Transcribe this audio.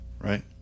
right